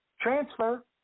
Transfer